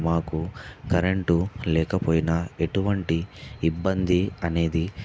మాకు కరెంటు లేకపోయినా ఎటువంటి ఇబ్బంది అనేది